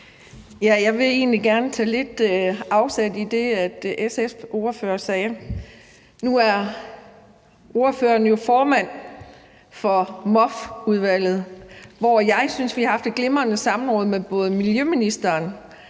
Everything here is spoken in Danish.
egentlig gerne tage afsæt i det, SF's ordfører sagde. Nu er ordføreren jo formand for Miljø- og Fødevareudvalget, hvor jeg synes vi har haft et glimrende samråd med både miljøministeren